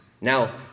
Now